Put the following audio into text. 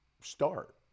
start